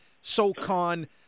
SoCon